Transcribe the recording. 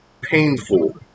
painful